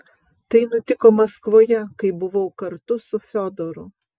tai nutiko maskvoje kai buvau kartu su fiodoru